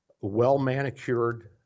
well-manicured